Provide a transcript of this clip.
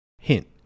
Hint